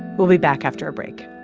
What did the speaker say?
we'll be back after a break